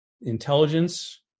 intelligence